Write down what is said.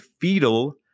fetal